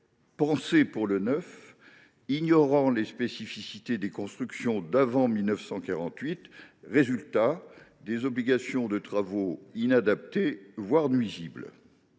pensés pour le neuf et ignorant les spécificités des constructions d’avant 1948, avec pour résultat des obligations de travaux inadaptés, voire nuisibles.